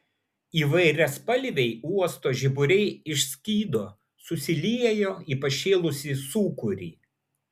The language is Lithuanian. įvairiaspalviai uosto žiburiai išskydo susiliejo į pašėlusį sūkurį